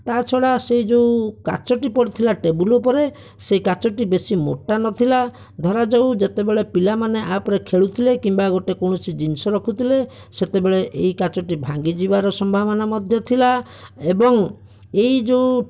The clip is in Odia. ତା' ଛଡ଼ା ସେ ଯେଉଁ କାଚଟି ପଡ଼ିଥିଲା ଟେବୁଲ ଉପରେ ସେହି କାଚଟି ବେଶୀ ମୋଟା ନଥିଲା ଧରାଯାଉ ଯେତେବେଳେ ପିଲାମାନେ ଆ ଉପରେ ଖେଳୁଥିଲେ କିମ୍ବା ଗୋଟିଏ କୌଣସି ଜିନିଷ ରଖୁଥିଲେ ସେତେବେଳେ ଏହି କାଚଟି ଭାଙ୍ଗି ଯିବାର ସମ୍ଭାବନା ମଧ୍ୟ ଥିଲା ଏବଂ ଏହି ଯେଉଁ